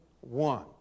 one